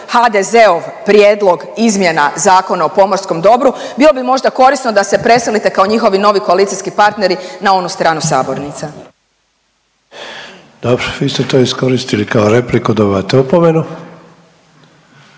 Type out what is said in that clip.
HDZ-ov prijedlog izmjena Zakona o pomorskom dobru, bilo bi možda korisno da se preselite kao njihovi novi koalicijski partneri na onu stranu sabornice. **Sanader, Ante (HDZ)** Dobro. Vi ste to iskoristili kao repliku, dobivate opomenu.